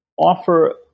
offer